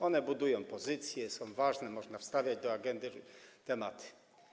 One budują pozycję, są ważne, można wstawiać do agendy tematy.